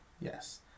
Yes